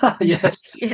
Yes